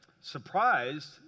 surprised